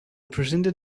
presented